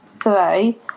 today